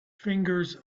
fingers